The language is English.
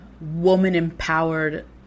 woman-empowered